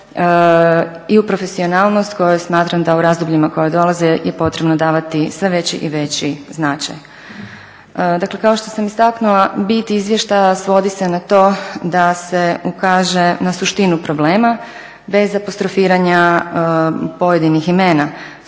i u profesionalnost kojoj smatram da u razdobljima koja dolaze je potrebno davati sve veći i veći značaj. Dakle kao što sam istaknula bit izvještaja svodi se na to da se ukaže na suštinu problema bez apostrofiranja pojedinih imena.